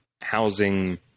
housing